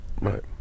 right